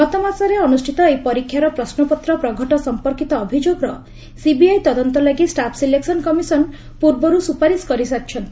ଗତମାସରେ ଅନୁଷ୍ଠିତ ଏହି ପରୀକ୍ଷାର ପ୍ରଶ୍ରପତ୍ର ପ୍ରଘଟ ସମ୍ପର୍କିତ ଅଭିଯୋଗର ସିବିଆଇ ତଦନ୍ତ ଲାଗି ଷ୍ଟାଫ୍ ସିଲେକ୍ସନ୍ କମିଶନ ପୂର୍ବରୁ ସୁପାରିସ କରିସାରିଛନ୍ତି